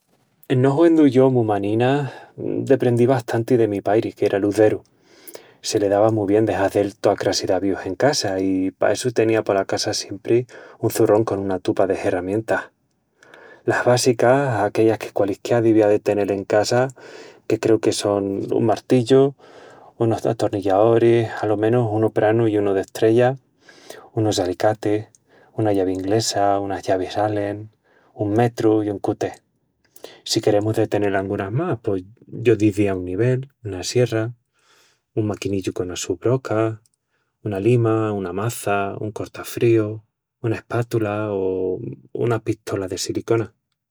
En no huendu yo mu maninas... deprendí bastanti de mi pairi, que era luzeru, se le dava mu bien de hazel toa crassi d'avíus en casa i pa essu tenía pola casa siempri un çurrón con una tupa de herramientas. Las básicas, aquellas que qualisquiá devía de tenel en casa, que creu que son un martillu, unus atornillaoris, alo menus unu pranu i unu d'estrella, unus alicatis, una llavi inglesa, unas llavis Allen, un metru i un cute. Si queremus de tenel angunas más, pos yo dizía un nivel, una sierra, un maquinillu conas sus brocas, una lima, una maça, un cortafríu, una espátula o una pistola de silicona.